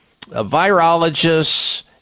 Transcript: virologists